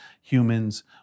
humans